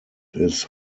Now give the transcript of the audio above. his